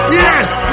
yes